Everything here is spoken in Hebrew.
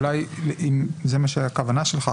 אם זאת הכוונה שלך,